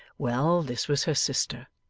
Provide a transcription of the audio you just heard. well, this was her sister,